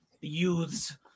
youths